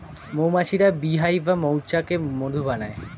মৌমাছিরা bee hive বা মৌচাকে মধু বানায়